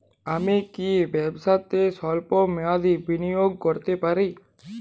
আমি কি ব্যবসাতে স্বল্প মেয়াদি বিনিয়োগ করতে পারি?